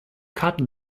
cut